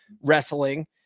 wrestling